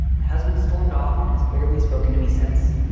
my husband stormed off and has barely spoken to me since.